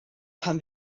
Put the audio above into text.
pan